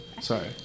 sorry